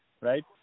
right